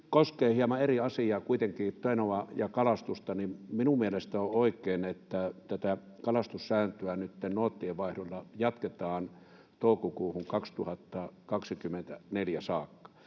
koskee hieman eri asiaa kuitenkin, Tenoa ja kalastusta, niin minun mielestäni on oikein, että tätä kalastussääntöä nytten noottienvaihdolla jatketaan toukokuuhun 2024 saakka.